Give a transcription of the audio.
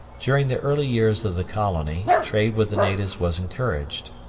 during the early years of the colony, trade with the natives was encouraged.